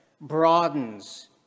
broadens